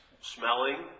smelling